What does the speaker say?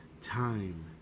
time